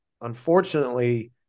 unfortunately